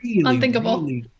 unthinkable